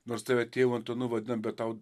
nors tave tėvu antanu vadina bet tau